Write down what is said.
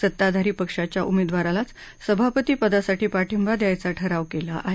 सत्ताधारी पक्षाच्या उमेदवारालाच सभापती पदासाठी पाठिंबा द्यायचा ठराव केला आहे